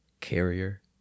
carrier